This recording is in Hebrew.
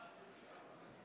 בבקשה.